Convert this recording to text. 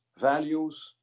values